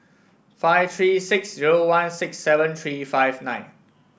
five three six zero one six seven three five nine